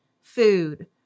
food